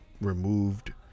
removed